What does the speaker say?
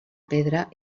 pedra